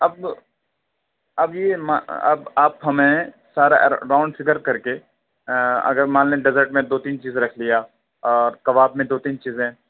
اب اب یہ مان اب آپ ہمیں سارا راؤنڈ فگر کر کے اگر مان لیں ڈیزرٹ میں دو تین چیزیں رکھ لیا اور کباب میں دو تین چیزیں